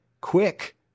Quick